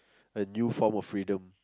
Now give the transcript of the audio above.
the new form of freedom